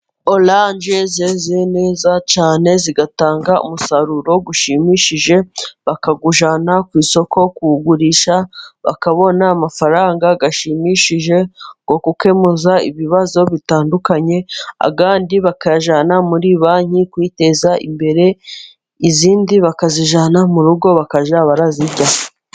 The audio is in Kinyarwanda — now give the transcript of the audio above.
Oranje zeze neza cyane zigatanga umusaruro ushimishije, bakawujyana ku isoko kuwugurisha, bakabona amafaranga ashimishije mu gukemuraza ibibazo bitandukanye, bakayajyana muri banki kwiteza imbere, izindi bakazijyana mu rugo bakajya bazirya.